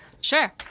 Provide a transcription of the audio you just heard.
Sure